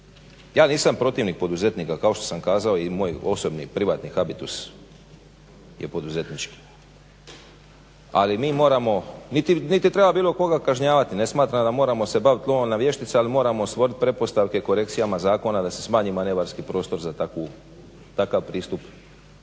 Ja nisam protivnik poduzetnika kao što sam kazao i moj osobni i privatni habitus je poduzetnički. Ali mi moramo, niti treba bilo koga kažnjavati. Ne smatram da moramo se baviti lovom na vještice, ali moramo stvoriti pretpostavke korekcijama zakona da se smanji manevarski prostor za takav pristup